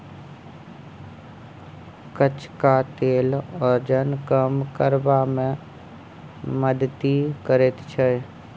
कचका तेल ओजन कम करबा मे मदति करैत छै